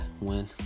win